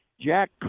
Jack